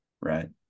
Right